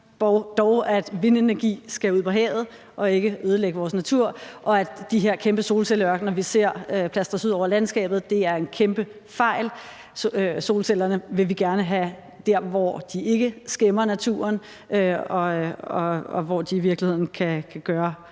sig om vindenergien, skal ud på havet, og at det ikke skal ødelægge vores natur, og at de her kæmpe solcelleørkener, som vi ser bliver plastret ud over landskabet, er en kæmpe fejl. Solcellerne vil vi gerne have der, hvor de ikke skæmmer naturen, og hvor de i virkeligheden kan gøre